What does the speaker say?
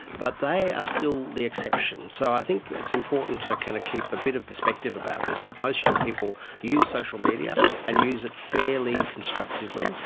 but they are still the exception. so i think it's important to kind of keep a bit of perspective about this, that most young people use social media and use it fairly constructively.